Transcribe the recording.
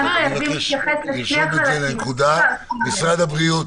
משרד הבריאות,